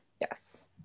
Yes